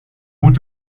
moet